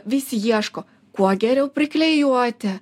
visi ieško kuo geriau priklijuoti